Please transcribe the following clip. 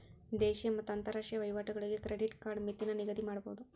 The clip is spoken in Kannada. ದೇಶೇಯ ಮತ್ತ ಅಂತರಾಷ್ಟ್ರೇಯ ವಹಿವಾಟುಗಳಿಗೆ ಕ್ರೆಡಿಟ್ ಕಾರ್ಡ್ ಮಿತಿನ ನಿಗದಿಮಾಡಬೋದು